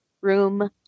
Room